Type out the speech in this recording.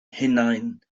hunain